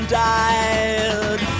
died